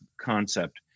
concept